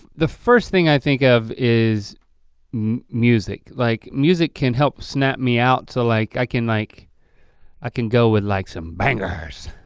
the first thing i think of is music. like music can help snap me out so like i can like i can go with like some bangers.